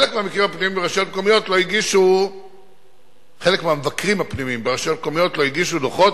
2. חלק מהמבקרים הפנימיים ברשויות המקומיות לא הגישו דוחות